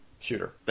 Shooter